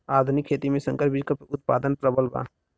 आधुनिक खेती में संकर बीज क उतपादन प्रबल बा